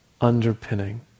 underpinning